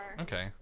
okay